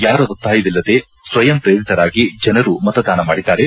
ಯಾರ ಒತ್ತಾಯವಿಲ್ಲದೆ ಸ್ವಯಂ ಪ್ರೇರಿತರಾಗಿ ಜನರು ಮತದಾನ ಮಾಡಿದ್ದಾರೆ